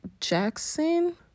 Jackson